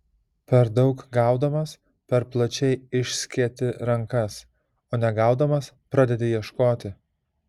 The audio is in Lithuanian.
per daug gaudamas per plačiai išsketi rankas o negaudamas pradedi ieškoti